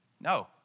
No